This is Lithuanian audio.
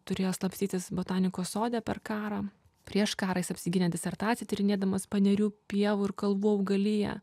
turėjo slapstytis botanikos sode per karą prieš karą jis apsigynė disertaciją tyrinėdamas panerių pievų ir kalvų augaliją